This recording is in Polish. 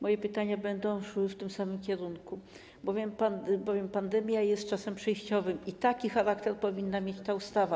Moje pytania będą szły w tym samym kierunku, bowiem pandemia jest czasem przejściowym i taki charakter powinna mieć ta ustawa.